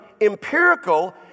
empirical